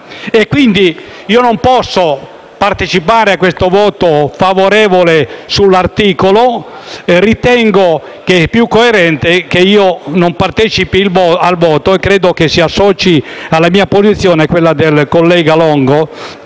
illiceità. Non posso partecipare a questo voto favorevole sull'articolo. Ritengo più coerente non partecipare al voto e credo che si associ alla mia posizione anche il collega Longo,